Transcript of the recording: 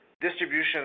Distribution